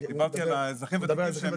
זכאי לפי הנתונים שלכם,